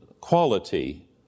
quality